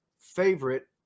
favorite